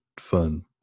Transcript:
fun